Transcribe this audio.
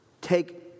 Take